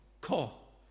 call